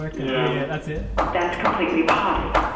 yeah that's completely potty.